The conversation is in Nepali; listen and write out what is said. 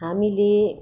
हामीले